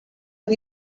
are